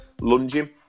lunging